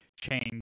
change